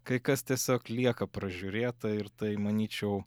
kai kas tiesiog lieka pražiūrėta ir tai manyčiau